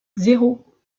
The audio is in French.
zéro